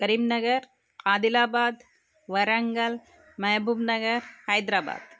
करिंनगरम् आदिलाबादः वरङ्गलः मेबुबनगरं हैद्राबादः